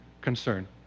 concern